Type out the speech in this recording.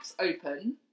open